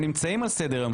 הם נמצאים על סדר-היום.